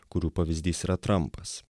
kurių pavyzdys yra trampas